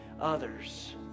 others